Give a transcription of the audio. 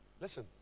listen